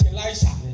Elijah